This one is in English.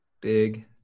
Big